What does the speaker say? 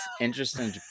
interesting